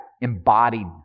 embodied